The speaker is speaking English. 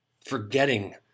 forgetting